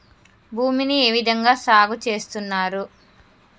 భూమిని ఏ విధంగా సాగు చేస్తున్నారు?